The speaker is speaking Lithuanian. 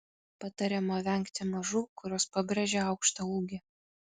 patariama vengti mažų kurios pabrėžia aukštą ūgį